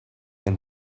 and